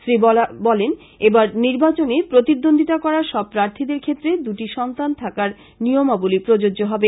শ্রী বরা বলেন যে এবার নির্বাচনে প্রতিদ্বন্দ্বিতা করা সব প্রার্থীদের ক্ষেত্রে দুটি সন্তান থাকার নিয়মাবলী প্রযোজ্য হবে